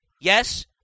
Yes